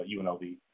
UNLV